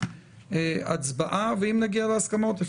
אם נגיע להסכמות,